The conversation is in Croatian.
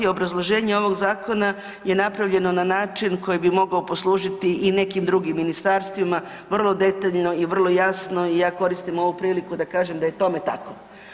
Obrazloženje ovog zakona je napravljeno na način koji bi mogao poslužiti i nekim drugim ministarstvima, vrlo detaljno i vrlo jasno i ja koristim ovu priliku da kažem da je tome tako.